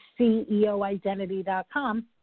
CEOidentity.com